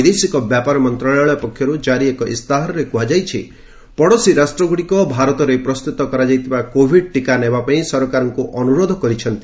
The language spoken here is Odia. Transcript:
ବୈଦେଶିକ ବ୍ୟାପାର ମନ୍ତ୍ରଣାଳୟ ପକ୍ଷରୁ ଜାରି ଏକ ଇସ୍ତାହାରରେ କୁହାଯାଇଛି ପଡ଼ୋଶୀ ରାଷ୍ଟ୍ରଗୁଡ଼ିକ ଭାରତରେ ପ୍ରସ୍ତୁତ କରାଯାଇଥିବା କୋଭିଡ୍ ଟିକା ନେବା ପାଇଁ ସରକାରଙ୍କୁ ଅନୁରୋଧ କରିଛନ୍ତି